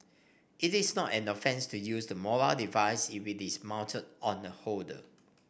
it is not an offence to use the mobile device if it is mounted on a holder